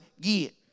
get